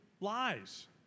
lies